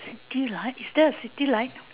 city light is there a city light